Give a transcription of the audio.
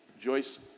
Joyce